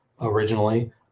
originally